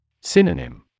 Synonym